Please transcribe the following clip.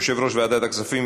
יושב-ראש ועדת הכספים,